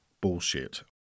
bullshit